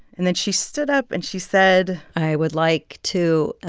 and then she stood up and she said. i would like to